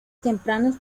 tempranos